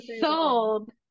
sold